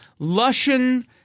Lushan